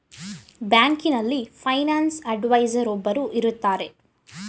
ಬ್ಯಾಂಕಿನಲ್ಲಿ finance adviser ಒಬ್ಬರು ಇರುತ್ತಾರೆ